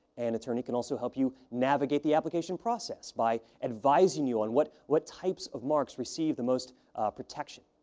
and attorney can also help you navigate the application process by advising you on what what types of marks receive the most protection.